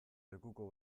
lekuko